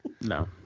No